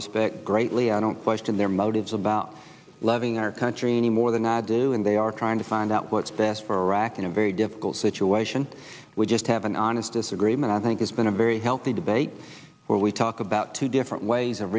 respect greatly i don't question their motives about loving our country any more than i do and they are trying to find out what's best for iraq in a very difficult situation we just have an honest disagreement i think it's been a very healthy debate where we talk about two different ways of